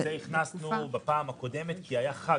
זה הכנסנו בפעם הקודמת כי היה חג,